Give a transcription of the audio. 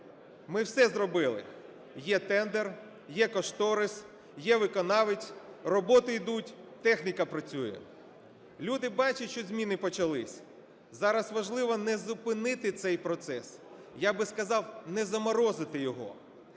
Ми все зробили: є тендер, є кошторис, є виконавець, роботи йдуть, техніка працює. Люди бачать, що зміни почались, зараз важливо не зупинити цей процес, я би сказав не заморозити його.